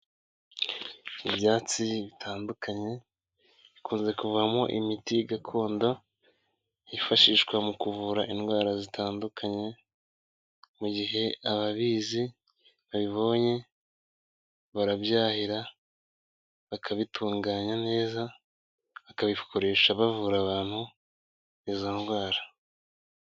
Ibyatsi bitandukanye, bikunze kuvamo imiti gakondo, yifashishwa mu kuvura indwara zitandukanye, mu gihe ababizi babibonye, barabyahira, bakabitunganya neza, bakabikoresha bavura abantu izo ndwara.